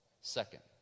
Second